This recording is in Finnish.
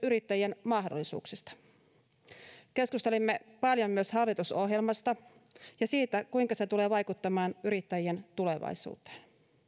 yrittäjien mahdollisuuksista keskustelimme paljon myös hallitusohjelmasta ja siitä kuinka se tulee vaikuttamaan yrittäjien tulevaisuuteen